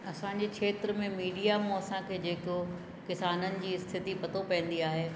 असांजे खेत्र में मीडिया मां असांखे जेको किसाननि जी स्थिति पतो पवंदी आहे